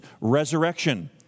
resurrection